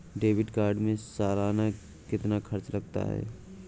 Debit card में सालाना कितना खर्च लगता है?